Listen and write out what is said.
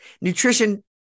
Nutrition